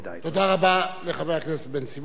תודה רבה לחבר הכנסת בן-סימון.